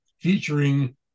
featuring